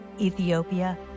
Ethiopia